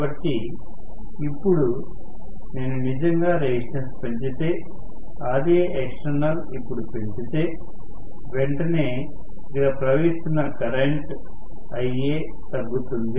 కాబట్టి ఇప్పుడు నేను నిజంగా రెసిస్టెన్స్ పెంచితే Raextఇప్పుడు పెంచితే వెంటనే ఇక్కడ ప్రవహిస్తున్న కరెంట్Ia తగ్గుతుంది